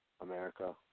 America